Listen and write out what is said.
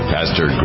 Pastor